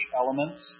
elements